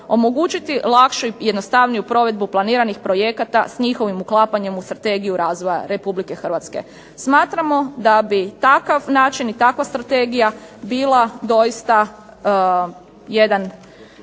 omogućiti lakšu i jednostavniju provedbu planiranih projekata s njihovim uklapanjem u Strategiju razvoja Republike Hrvatske. Smatramo da bi takav način i takva strategija bila doista jedan